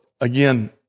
again